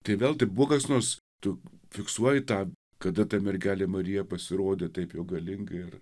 tai vėl tai buvo kas nors tu fiksuoji tą kada ta mergelė marija pasirodė taip jau galingai ir